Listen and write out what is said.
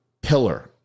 pillar